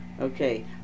Okay